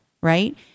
right